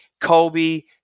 Kobe